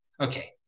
Okay